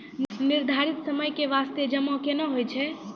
निर्धारित समय के बास्ते जमा केना होय छै?